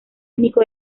único